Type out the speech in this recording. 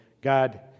God